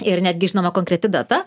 ir netgi žinoma konkreti data